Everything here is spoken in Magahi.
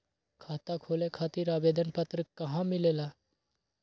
खाता खोले खातीर आवेदन पत्र कहा मिलेला?